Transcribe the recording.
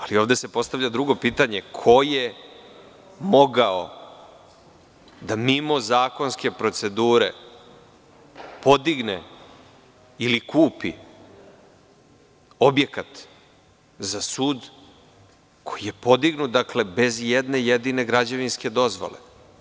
Ali, ovde se postavlja drugo pitanje – ko je mogao da mimo zakonske procedure podigne ili kupi objekat za sud koji je podignut bez jedne jedine građevinske dozvole?